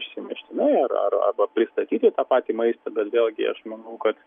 išsineštinai ar ar arba pristatyti tą patį maistą bet vėlgi aš manau kad